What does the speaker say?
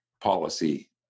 policy